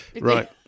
Right